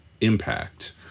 impact